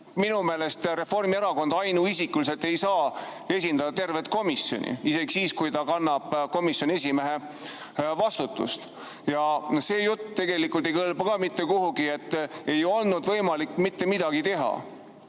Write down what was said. minu meelest Reformierakond ainuisikuliselt ei saa esindada tervet komisjoni isegi siis, kui ta kannab komisjoni esimehe vastutust. Ja see jutt tegelikult ei kõlba mitte kuhugi, et ei olnud võimalik mitte midagi teha.